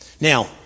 Now